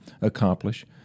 accomplish